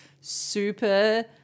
super